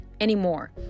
anymore